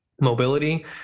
mobility